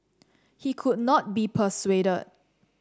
he could not be persuaded